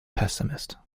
pessimist